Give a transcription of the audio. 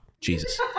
Jesus